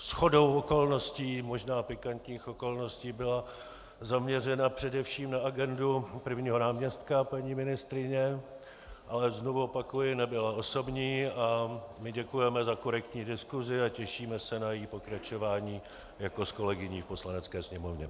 Shodou okolností, možná pikantních okolností, byla zaměřena především na agendu prvního náměstka paní ministryně, ale znovu opakuji, nebyla osobní a my děkujeme za korektní diskusi a těšíme se na její pokračování jako s kolegyní v Poslanecké sněmovně.